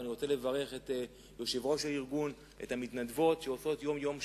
ואני רוצה לברך את יושבת-ראש הארגון ואת המתנדבות שעושות יום-יום,